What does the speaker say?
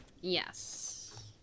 Yes